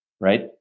Right